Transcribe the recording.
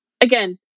Again